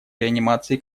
реанимации